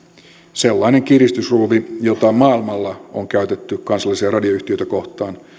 sellainen kiristysruuvi jota maailmalla on käytetty kansallisia radioyhtiöitä kohtaan